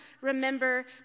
remember